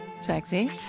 sexy